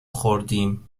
خوردیم